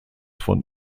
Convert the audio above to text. von